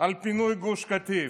על פינוי גוש קטיף.